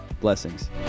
Blessings